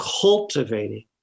cultivating